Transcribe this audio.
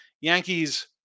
Yankees